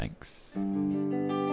Thanks